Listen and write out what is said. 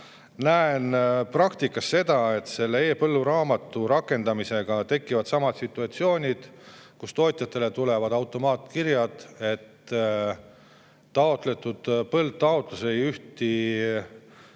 näen praktikas seda, et e-põlluraamatu rakendamisega tekivad samad situatsioonid, kus tootjatele tulevad automaatkirjad, et taotlus ei ühti